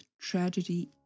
tragedy